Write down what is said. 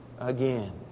again